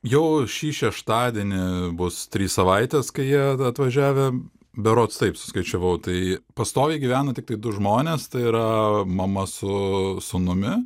jau šį šeštadienį bus trys savaitės kai jie atvažiavę berods taip suskaičiavau tai pastoviai gyvena tiktai du žmonės tai yra mama su sūnumi